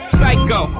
Psycho